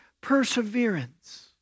perseverance